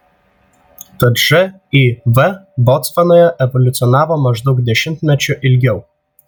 tad živ botsvanoje evoliucionavo maždaug dešimtmečiu ilgiau